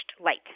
light